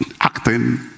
Acting